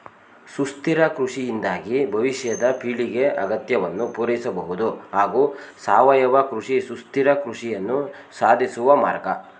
ಸುಸ್ಥಿರ ಕೃಷಿಯಿಂದಾಗಿ ಭವಿಷ್ಯದ ಪೀಳಿಗೆ ಅಗತ್ಯವನ್ನು ಪೂರೈಸಬಹುದು ಹಾಗೂ ಸಾವಯವ ಕೃಷಿ ಸುಸ್ಥಿರ ಕೃಷಿಯನ್ನು ಸಾಧಿಸುವ ಮಾರ್ಗ